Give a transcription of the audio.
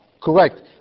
Correct